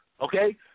okay